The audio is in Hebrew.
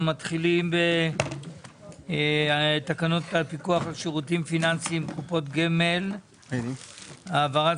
אנחנו מתחילים בתקנות הפיקוח על שירותים פיננסיים (קופות גמל) (העברת